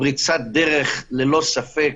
זאת פריצת דרך, ללא ספק,